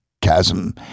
chasm